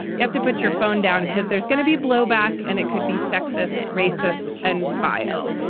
you have to put your phone down because there's going to be blowback. and it could be sexist, racist and vile.